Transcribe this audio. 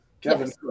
Kevin